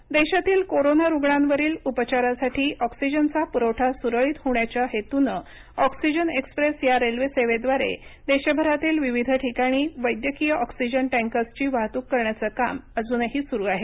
oxygen देशातील corona रुग्णांवरील उपचारासाठी ऑक्सिजनचा पुरवठा सुरळीत होण्याच्या हेतूनं ऑक्सिजन एक्सप्रेस या रेल्वेसेवेद्वारे देशभरातील विविध ठिकाणी वैद्यकीय ऑक्सिजन टँकर्सची वाहतूक करण्याचं काम अजूनही सुरु आहे